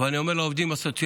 אבל אני אומר לעובדים הסוציאליים: